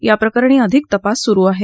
याप्रकरणी अधिक तपास सुरु आहे